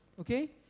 Okay